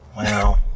Wow